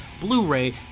Blu-ray